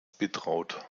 betraut